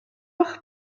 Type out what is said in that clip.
eich